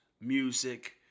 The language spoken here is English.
music